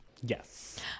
yes